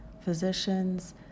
physicians